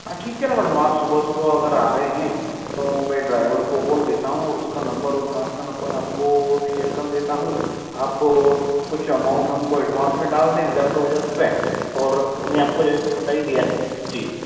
हाँ ठीक है ना मैडम आप सुबह सुबह अगर आ रहे हैं तो मैं ड्राइवर को बोल देता हूँ और उसका नंबर कार का नंबर आपको शेयर कर देता हूँ आपको कुछ अमाउंट हमको एडवांस में डाल दें हज़ार दो हज़ार रूपए और हमने आपको जैसे बता ही दिया है जी